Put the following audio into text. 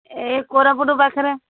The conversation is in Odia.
ଏ କୋରାପୁଟ ପାଖରେ